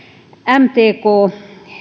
mtk